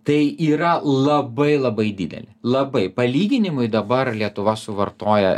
tai yra labai labai didelė labai palyginimui dabar lietuva suvartoja